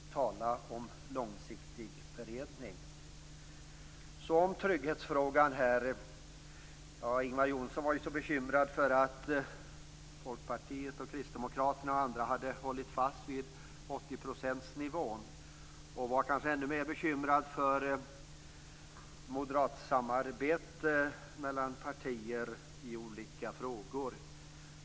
Tala om långsiktig beredning! När det gäller trygghetsfrågan var Ingvar Johnsson bekymrad över att Folkpartiet och Kristdemokraterna m.fl. hade hållit fast vid 80-procentsnivån. Han var kanske ännu mer bekymrad över moderatsamarbete mellan partier i olika frågor.